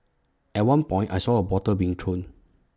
at one point I saw A bottle being thrown